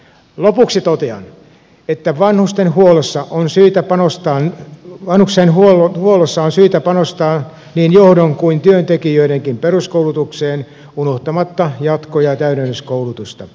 lopuksi totean että vanhustenhuollossa on syytä panostaa vain yksi huone huollossa on syytä panostaa niin johdon kuin työntekijöidenkin peruskoulutukseen unohtamatta jatko ja täydennyskoulutusta